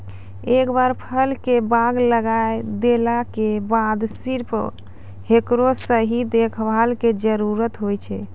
एक बार फल के बाग लगाय देला के बाद सिर्फ हेकरो सही देखभाल के जरूरत होय छै